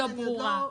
ברורה.